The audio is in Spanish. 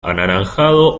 anaranjado